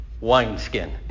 wineskin